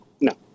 No